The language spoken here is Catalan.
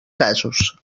casos